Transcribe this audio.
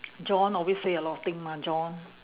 john always say a lot of thing mah john